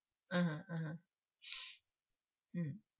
(uh huh) (uh huh) mm